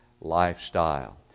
lifestyle